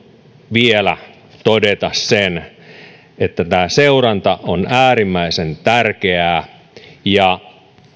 vielä todeta sen että seuranta on äärimmäisen tärkeää ja